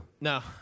No